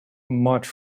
much